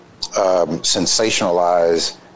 sensationalize